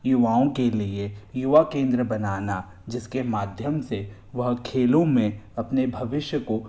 युवाओं के लिए युवा केंद्र बनाना जिसके माध्यम से वह खेलों में अपने भविष्य को